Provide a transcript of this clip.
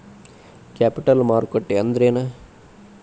Capital ಮಾರುಕಟ್ಟಿ ಅಂದ್ರೇನ?